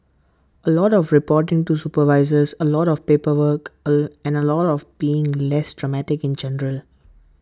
A lot of reporting to superiors A lot of paperwork A and A lot of being less dramatic in general